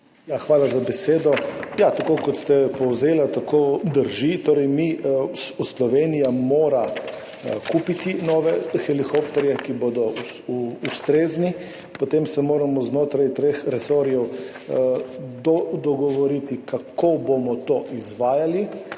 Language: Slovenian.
Hvala za besedo. Ja, tako kot ste povzeli, drži, torej mi, Slovenija mora kupiti nove helikopterje, ki bodo ustrezni, potem se moramo znotraj treh resorjev dogovoriti, kako bomo to izvajali.